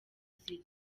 ziri